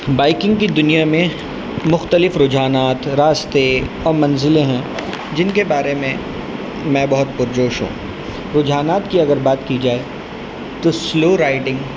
biking کی دنیا میں مختلف رجحانات راستے اور منزلیں ہیں جن کے بارے میں میں بہت پرجوش ہوں رجحانات کی اگر بات کی جائے تو سلو رائڈنگ